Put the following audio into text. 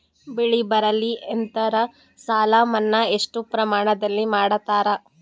ಬೆಳಿ ಬರಲ್ಲಿ ಎಂದರ ಸಾಲ ಮನ್ನಾ ಎಷ್ಟು ಪ್ರಮಾಣದಲ್ಲಿ ಮಾಡತಾರ?